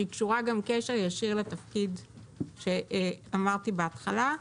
שהיא קשורה גם בקשר ישיר לתפקיד שאמרתי בהתחלה,